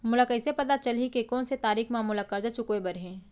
मोला कइसे पता चलही के कोन से तारीक म मोला करजा चुकोय बर हे?